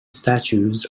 statues